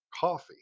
coffee